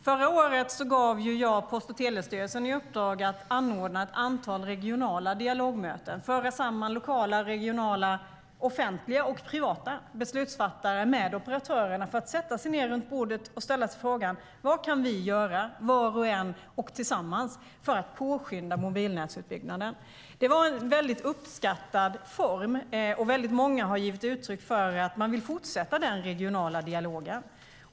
Förra året gav jag Post och telestyrelsen i uppdrag att anordna ett antal regionala dialogmöten och föra samman lokala, regionala, offentliga och privata beslutsfattare med operatörerna så att de kunde sätta sig ned runt bordet och gemensamt ställa sig frågan: Vad kan vi göra, var och en och tillsammans, för att påskynda mobilnätsutbyggnaden? Det var en uppskattad form, och många har givit uttryck för att man vill fortsätta den regionala dialogen.